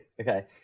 Okay